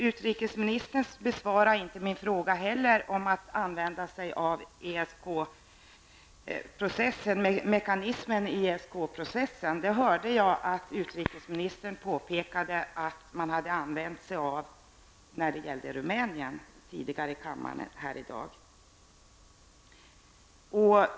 Utrikesministern besvarade inte heller min fråga om att använda sig av mekanismen i ESK processen. Jag hörde att utrikesministern tidigare i dag här i kammaren påpekade att man hade använt sig av den när det gällde Rumänien.